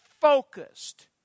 focused